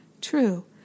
true